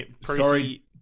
Sorry